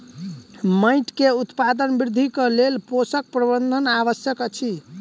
माइट के उत्पादन वृद्धिक लेल पोषक प्रबंधन आवश्यक अछि